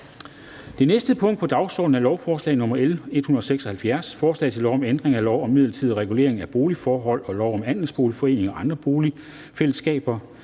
Det næste punkt på dagsordenen er: 19) 2. behandling af lovforslag nr. L 176: Forslag til lov om ændring af lov om midlertidig regulering af boligforholdene og lov om andelsboligforeninger og andre boligfællesskaber.